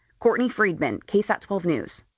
courtney friedman ksat twelve news.